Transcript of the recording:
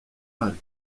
mâle